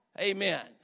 Amen